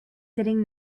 sitting